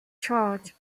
charge